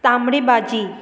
तांबडी बाजी